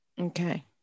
Okay